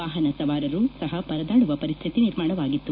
ವಾಹನ ಸವಾರರು ಸಹ ಪರದಾಡುವ ಪರಿಸ್ತಿತಿ ನಿರ್ಮಾಣವಾಗಿತ್ತು